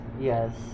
Yes